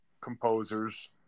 composers